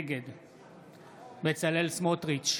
נגד בצלאל סמוטריץ'